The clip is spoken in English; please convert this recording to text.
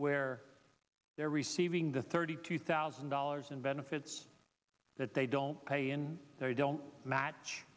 where they're receiving the thirty two thousand dollars in benefits that they don't pay and they don't match